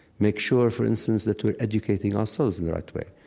make sure, for instance, that we're educating ourselves in the right way.